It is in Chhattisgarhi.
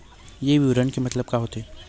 ये विवरण के मतलब का होथे?